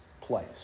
place